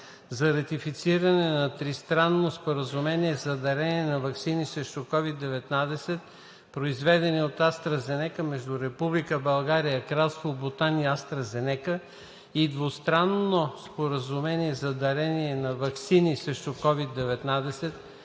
за ратифициране на Тристранното споразумение за дарение на ваксини срещу COVID-19, произведени от „АстраЗенека“, между Република България, Кралство Бутан и „АстраЗенека“ и Двустранно споразумение за дарение на ваксини срещу COVID-19,